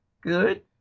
good